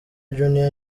junior